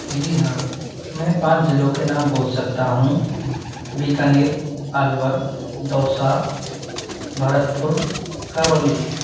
जी हाँ मैं पाँच ज़िलों के नाम बोल सकता हूँ बीकानेर अलवर दौसा भरतपुर करौली